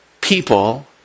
people